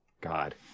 God